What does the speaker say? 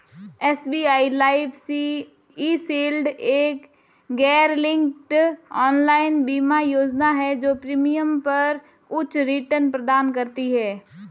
SBI life e shield एक गैरलिंक्ड online बीमा योजना है जो प्रीमियम पर उच्च रिटर्न प्रदान करती है